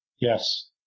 yes